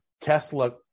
Tesla